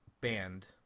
band